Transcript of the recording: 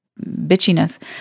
bitchiness